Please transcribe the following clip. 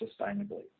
sustainably